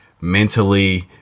mentally